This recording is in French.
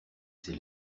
ses